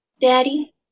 daddy